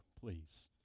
please